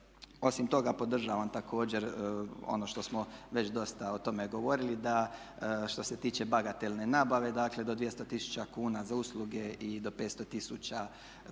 Osim toga podržavam također ono što smo već dosta o tome govorili da što se tiče bagatelne nabave dakle do 200 tisuća kuna za usluge i do 500 tisuća